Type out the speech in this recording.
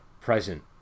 present